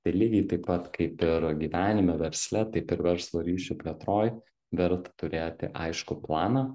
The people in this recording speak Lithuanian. taip lygiai taip pat kaip ir gyvenime versle taip ir verslo ryšių plėtroj verta turėti aiškų planą